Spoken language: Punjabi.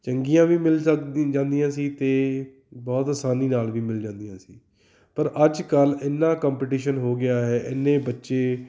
ਚੰਗੀਆਂ ਵੀ ਮਿਲ ਜਾਂਦ ਜਾਂਦੀਆਂ ਸੀ ਅਤੇ ਬਹੁਤ ਆਸਾਨੀ ਨਾਲ ਵੀ ਮਿਲ ਜਾਂਦੀਆਂ ਸੀ ਪਰ ਅੱਜ ਕੱਲ੍ਹ ਇੰਨਾਂ ਕੰਪਟੀਸ਼ਨ ਹੋ ਗਿਆ ਹੈ ਇੰਨੇ ਬੱਚੇ